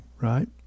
right